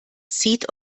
zieht